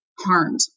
harmed